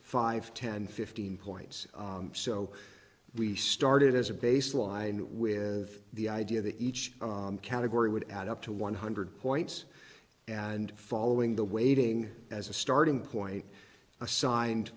five ten fifteen points so we started as a baseline with the idea that each category would add up to one hundred points and following the weighting as a starting point as